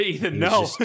no